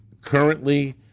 currently